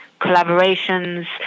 collaborations